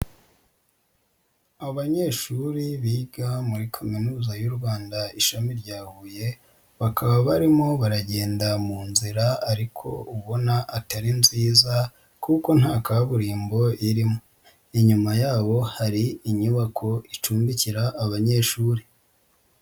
Abanyeshuri biga muri Kaminuza y'u Rwanda ishami rya Huye, bakaba barimo baragenda mu nzira ariko ubona atari nziza kuko nta kaburimbo irimo, inyuma yabo hari inyubako icumbikira abanyeshuri.